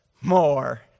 more